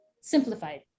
Simplified